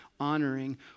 honoring